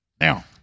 Now